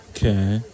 Okay